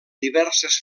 diverses